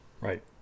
right